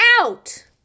Out